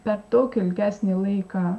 per daug ilgesnį laiką